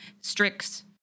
Strix